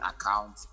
account